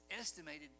estimated